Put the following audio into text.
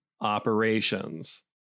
Operations